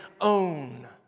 own